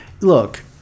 Look